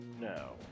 No